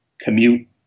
commute